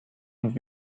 und